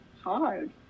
hard